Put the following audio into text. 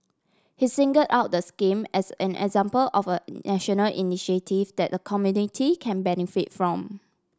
he single out the scheme as an example of a national initiative that the community can benefit from